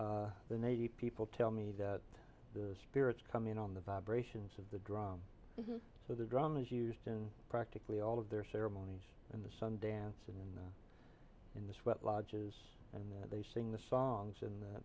elk the navy people tell me that the spirits come in on the vibrations of the drum so the drum is used in practically all of their ceremonies and the sun dance and in the sweat lodges and they sing the songs and th